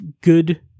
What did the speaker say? good